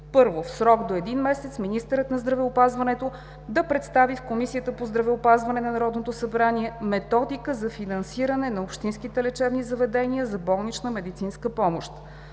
1. В срок до един месец министърът на здравеопазването да представи в Комисията по здравеопазване на Народното събрание методика за финансиране на общинските лечебни заведения за болнична медицинска помощ.